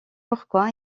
pourquoi